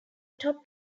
top